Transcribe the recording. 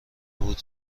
بود